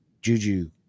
Juju